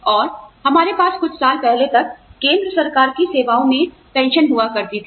और हमारे पास कुछ साल पहले तक केंद्र सरकार की सेवाओं में पेंशन हुआ करती थी